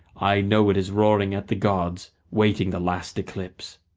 i know it is roaring at the gods, waiting the last eclipse.